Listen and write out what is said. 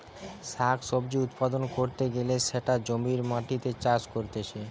শাক সবজি উৎপাদন ক্যরতে গ্যালে সেটা জমির মাটিতে চাষ করতিছে